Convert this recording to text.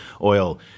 oil